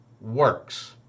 works